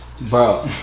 bro